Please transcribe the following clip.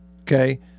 okay